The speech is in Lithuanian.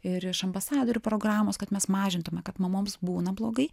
ir iš ambasadorių programos kad mes mažintume kad mamoms būna blogai